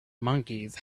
monkeys